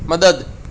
મદદ